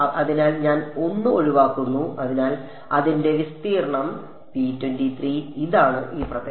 അതിനാൽ ഞാൻ 1 ഒഴിവാക്കുന്നു അതിനാൽ അതിന്റെ വിസ്തീർണ്ണം ഇതാണ് ഈ പ്രദേശം